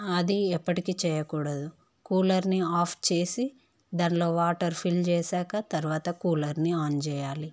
అది ఎప్పటికి చేయకూడదు కూలర్ని ఆఫ్ చేసి దాంట్లో వాటర్ ఫిల్ చేశాక తర్వాత కూలర్ని ఆన్ చేయాలి